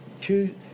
two